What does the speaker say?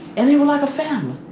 and they were like a family